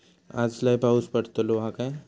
आज लय पाऊस पडतलो हा काय?